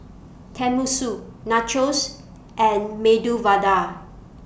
Tenmusu Nachos and Medu Vada